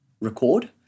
record